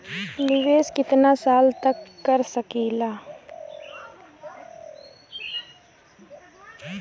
निवेश कितना साल तक कर सकीला?